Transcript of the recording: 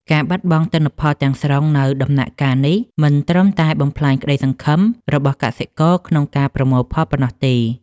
ការបាត់បង់ទិន្នផលទាំងស្រុងនៅដំណាក់កាលនេះ មិនត្រឹមតែបំផ្លាញក្តីសង្ឃឹមរបស់កសិករក្នុងការប្រមូលផលប៉ុណ្ណោះទេ។